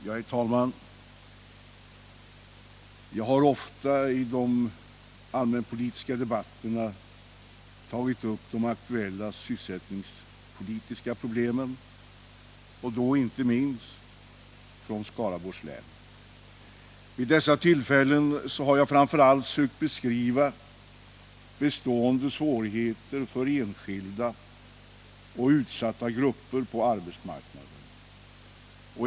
Herr talman! Jag har ofta i de allmänpolitiska debatterna tagit upp de aktuella sysselsättningspolitiska problemen och då inte minst sådana i Skaraborgs län. Vid dessa tillfällen har jag framför allt försökt beskriva bestående svårigheter för enskilda och utsatta grupper på arbetsmarknaden.